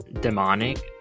demonic